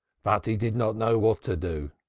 but he did not know what to do.